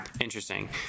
Interesting